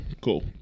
cool